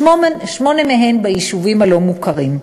שמונה מהן ביישובים הלא-מוכרים.